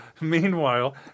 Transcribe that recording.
meanwhile